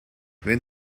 wenn